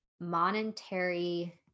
monetary